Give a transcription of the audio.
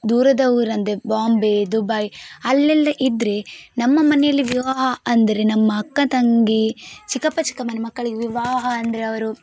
ದೂರದ ಊರಂದೆ ಬಾಂಬೇ ದುಬೈ ಅಲ್ಲೆಲ್ಲ ಇದ್ದರೆ ನಮ್ಮ ಮನೆಯಲ್ಲಿ ವಿವಾಹ ಅಂದರೆ ನಮ್ಮ ಅಕ್ಕ ತಂಗಿ ಚಿಕ್ಕಪ್ಪ ಚಿಕ್ಕಮ್ಮನ ಮಕ್ಕಳಿಗೆ ವಿವಾಹ ಅಂದರೆ ಅವರು